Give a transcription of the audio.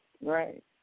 Right